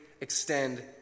extend